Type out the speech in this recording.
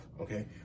Okay